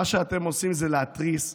מה שאתם עושים זה להתריס,